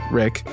rick